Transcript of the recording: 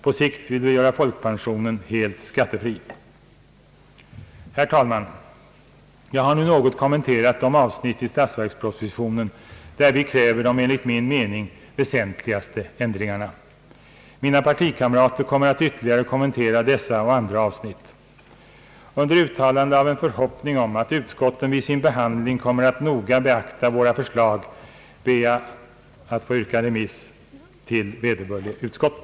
På sikt vill vi göra folkpensionen helt skattefri. Herr talman! Jag har nu något kommenterat de avsnitt i statsverkspropositionen, där vi kräver de enligt min mening väsentligaste ändringarna. Mina partikamrater kommer att ytterligare kommentera dessa och andra avsnitt. Under uttalande av en förhoppning om att utskotten vid sin behandling kommer att noga beakta våra förslag ber jag att få yrka remiss av Kungl. Maj:ts proposition nr 1 till vederbörliga utskott.